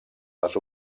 les